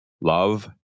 Love